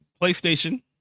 PlayStation